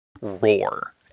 roar